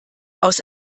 aus